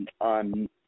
on